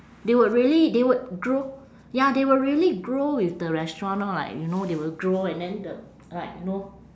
they would really they would grow ya they will really grow with the restaurant orh like you know they will grow and then the like you know